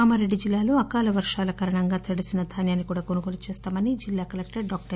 కామారెడ్డిజిల్లాలో అకాల వర్షాల కారణంగా తడిసిన ధాన్యాన్ని కూడా కొనుగోలు చేస్తామని జిల్లాకలెక్టర్ డాక్టర్